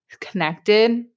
connected